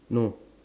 no